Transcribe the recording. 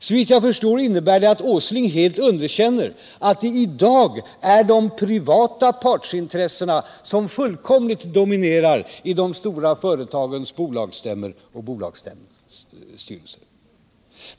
Såvitt jag förstår innebär det att Nils Åsling helt underkänner att det i dag är de privata partsintressena som fullkomligt dominerar i de stora företagens bolagsstämmor och bolagsstyrelser.